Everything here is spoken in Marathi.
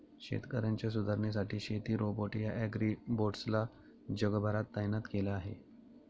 शेतकऱ्यांच्या सुधारणेसाठी शेती रोबोट या ॲग्रीबोट्स ला जगभरात तैनात केल आहे